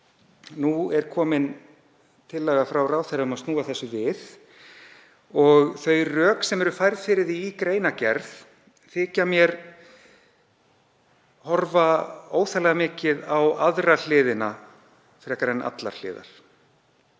Nú er komin tillaga frá ráðherra um að snúa þessu við og þau rök sem færð eru fyrir því í greinargerð þykja mér horfa óþarflega mikið á aðra hliðina frekar en allar hliðar.